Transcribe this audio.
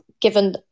given